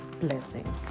blessing